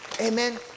Amen